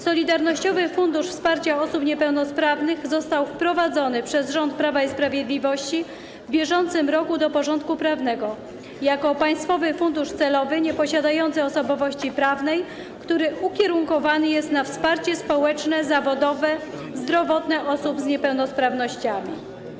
Solidarnościowy Fundusz Wsparcia Osób Niepełnosprawnych został wprowadzony przez rząd Prawa i Sprawiedliwości w bieżącym roku do porządku prawnego jako państwowy fundusz celowy nieposiadający osobowości prawnej, który ukierunkowany jest na wsparcie społeczne, zawodowe, zdrowotne osób z niepełnosprawnościami.